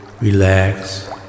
Relax